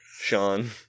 Sean